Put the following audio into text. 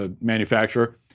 manufacturer